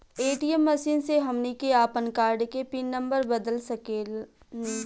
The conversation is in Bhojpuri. ए.टी.एम मशीन से हमनी के आपन कार्ड के पिन नम्बर बदल सके नी